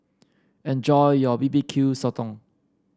enjoy your B B Q Sotong